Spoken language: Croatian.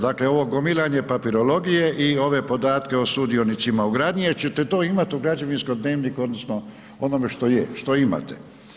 Dakle, ovo gomilanje papirologije i ove podatke o sudionicima u gradnji jer ćete to imati u građevinskom dnevniku odnosno onome što je, što imate.